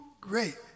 great